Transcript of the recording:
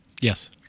Yes